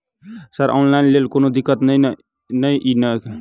Sir online लैल कोनो दिक्कत न ई नै?